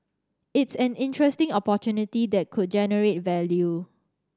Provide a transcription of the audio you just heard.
it's an interesting opportunity that could generate value